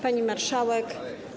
Pani Marszałek!